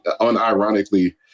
unironically